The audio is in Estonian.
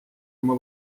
oma